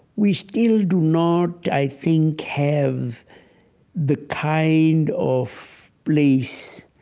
we still do not, i think, have the kind of place